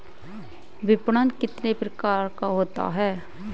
विपणन कितने प्रकार का होता है?